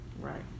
right